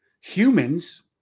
Humans